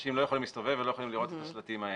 אנשים לא יכולים להסתובב ולא יכולים לראות את השלטים האלה.